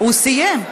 הוא סיים.